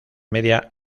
media